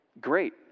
great